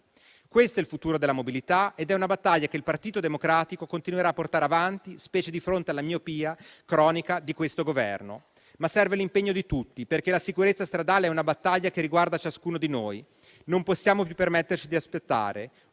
Questo è il futuro della mobilità ed è una battaglia che il Partito Democratico continuerà a portare avanti, specie di fronte alla miopia cronica di questo Governo. Serve però l'impegno di tutti, perché la sicurezza stradale è una battaglia che riguarda ciascuno di noi. Non possiamo più permetterci di aspettare;